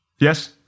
Yes